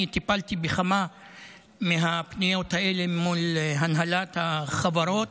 אני טיפלתי בכמה מהפניות האלה מול הנהלת החברות.